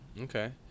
Okay